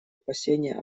опасения